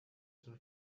san